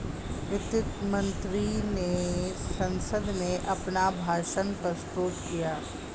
वित्त मंत्री ने संसद में अपना भाषण प्रस्तुत किया